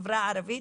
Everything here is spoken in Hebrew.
החברה הערבית,